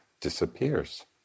disappears